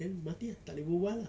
then mati ah tak boleh berbual ah